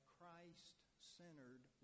Christ-centered